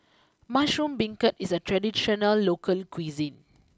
Mushroom Beancurd is a traditional local cuisine